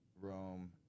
Rome